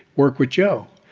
work with joe.